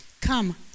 Come